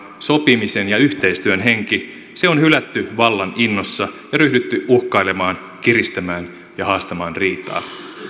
sopimisen ja yhteistyön henki on hylätty vallan innossa ja ryhdytty uhkailemaan kiristämään ja haastamaan riitaa